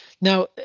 Now